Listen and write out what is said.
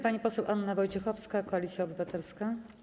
Pani poseł Anna Wojciechowska, Koalicja Obywatelska.